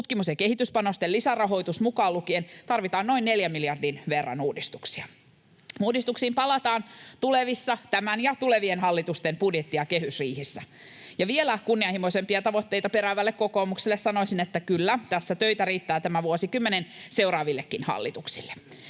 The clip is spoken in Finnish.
Tutkimus‑ ja kehityspanosten lisärahoitus mukaan lukien tarvitaan noin 4 miljardin verran uudistuksia. Uudistuksiin palataan tulevissa tämän ja tulevien hallitusten budjetti‑ ja kehysriihissä. Vielä kunnianhimoisempia tavoitteita peräävälle kokoomukselle sanoisin, että kyllä tässä töitä riittää tämän vuosikymmenen seuraavillekin hallituksille.